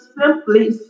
simply